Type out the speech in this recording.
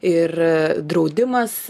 ir draudimas